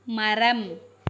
மரம்